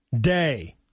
day